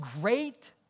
great